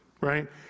right